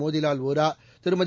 Motilal Vora Thirumathi